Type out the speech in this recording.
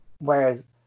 whereas